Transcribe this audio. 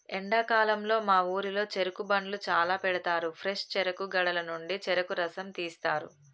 ఎండాకాలంలో మా ఊరిలో చెరుకు బండ్లు చాల పెడతారు ఫ్రెష్ చెరుకు గడల నుండి చెరుకు రసం తీస్తారు